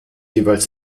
jeweils